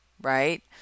right